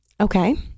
Okay